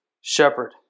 shepherd